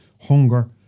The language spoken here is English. hunger